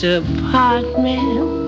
apartment